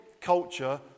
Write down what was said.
culture